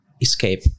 escape